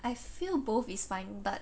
I feel both is fine but